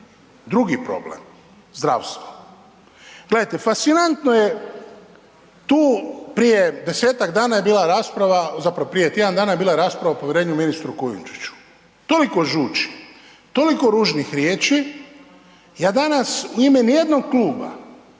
Drugi problem, zdravstvo. Gledajte fascinantno je tu prije 10-tak je bila rasprava, zapravo prije tjedan dana je bila rasprava o povjerenju ministru Kujundžiću. Toliko žući, toliko ružnih riječi, ja danas u ime ni jednog kluba